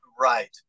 Right